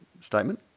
statement